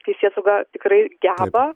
teisėsauga tikrai geba